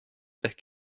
ehk